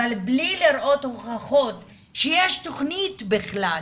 אבל בלי לראות הוכחות שיש תכנית בכלל,